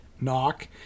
Knock